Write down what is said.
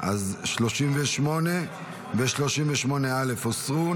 38 ו-38 א' הוסרו.